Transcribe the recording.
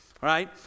right